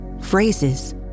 phrases